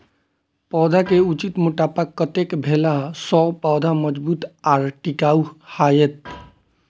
पौधा के उचित मोटापा कतेक भेला सौं पौधा मजबूत आर टिकाऊ हाएत?